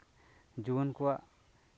ᱡᱩᱣᱟᱹᱱ ᱠᱚᱣᱟᱜ